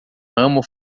ramo